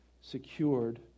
secured